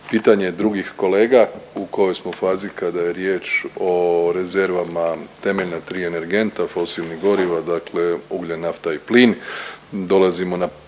pitanje drugih kolega u kojoj smo fazi kada je riječ o rezervama temeljna tri energenta fosilnih goriva, dakle ugljen, nafta i plin.